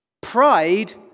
Pride